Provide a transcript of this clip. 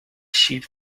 sheep